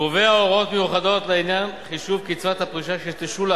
קובע הוראות מיוחדות לעניין חישוב קצבת הפרישה שתשולם